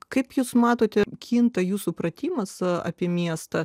kaip jūs matote kinta jų supratimas apie miestą